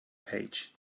page